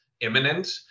imminent